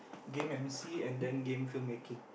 game emcee and then game film making